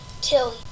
Tilly